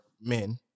men